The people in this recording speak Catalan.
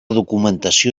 documentació